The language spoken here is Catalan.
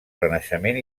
renaixement